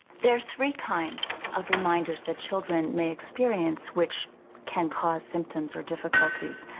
there are three kinds of reminders that children may experience which can cause symptoms or difficulties.